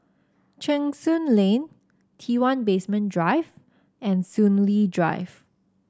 Cheng Soon Lane T one Basement Drive and Soon Lee Drive